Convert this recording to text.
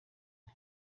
frw